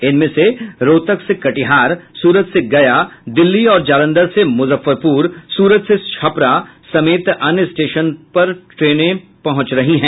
इनमें से रोहतक से कटिहार सूरत से गया दिल्ली और जालंधर से मुजफ्फरपुर सूरत से छपरा समेत अन्य स्टेशनों पर ट्रेंने पहुंच रही हैं